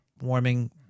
warming